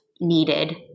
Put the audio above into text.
needed